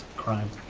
crime?